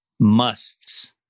musts